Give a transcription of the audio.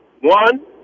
One